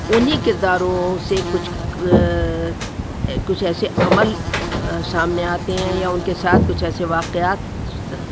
انہیں کرداروں سے کچھ کچھ ایسے عمل سامنے آتے ہیں یا ان کے ساتھ کچھ ایسے واقعات